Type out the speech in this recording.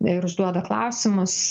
ir užduoda klausimus